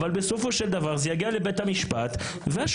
אבל בסופו של דבר זה יגיע לבית המשפט והשופט